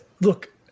Look